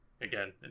Again